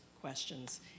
questions